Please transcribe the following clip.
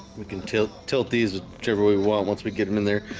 we can tilt tilt these whichever we want once we get him in there